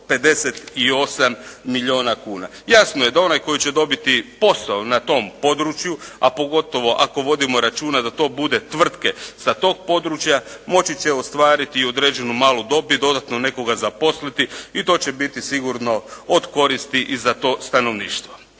658 milijuna kuna. Jasno je da onaj koji će dobiti posao na tom području a pogotovo ako vodimo računa da to bude tvrtke sa tog područja, moći će ostvariti i određenu malu dobit i dodatno nekoga zaposliti i to će biti sigurno od koristi i za to stanovništvo.